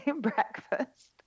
breakfast